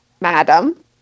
Madam